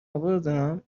آوردم